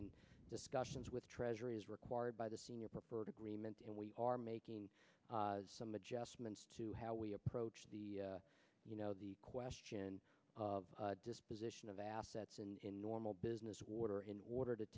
in discussions with treasury as required by the senior preferred agreement and we are making some adjustments to how we approach the you know the question of disposition of assets and in normal business order in order to